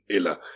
Eller